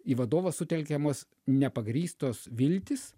į vadovą sutelkiamos nepagrįstos viltys